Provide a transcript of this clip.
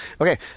Okay